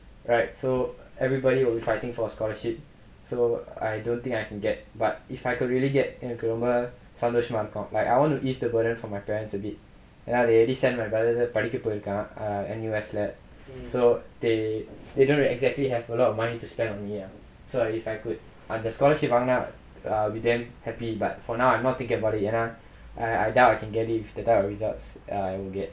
right so everybody will be fighting for a scholarship so I don't think I can get but if I can really get எனக்கு ரொம்ப சந்தோசமா இருக்கும்:enakku romba santhosamaa irukkum like I want to ease the burden for my parents a bit they already send my brother படிக்க போயிருக்கான்:padikka poyirukkaan N_U_S lah so they they don't exactly have a lot of money to spend on me lah so so I could அந்த:antha scholarship வாங்குனா:vaangunaa I would be damn happy but for now I'm not thinking about it ஏனா:yaenaa I doubt I can get it given my results ah weird